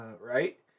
right